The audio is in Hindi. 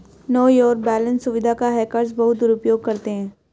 नो योर बैलेंस सुविधा का हैकर्स बहुत दुरुपयोग करते हैं